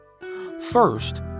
First